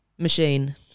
Machine